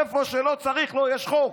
איפה שלא צריך, לא, יש חוק.